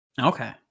Okay